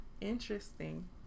Interesting